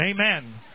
Amen